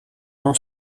não